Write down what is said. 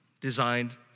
designed